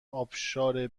ابشار